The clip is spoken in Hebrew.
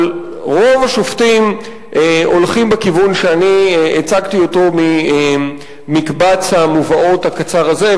אבל רוב השופטים הולכים בכיוון שאני הצגתי אותו ממקבץ המובאות הקצר הזה,